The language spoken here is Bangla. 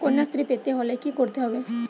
কন্যাশ্রী পেতে হলে কি করতে হবে?